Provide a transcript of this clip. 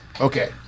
Okay